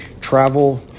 travel –